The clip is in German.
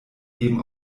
eben